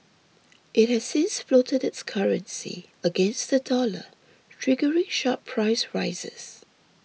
it has since floated its currency against the dollar triggering sharp price rises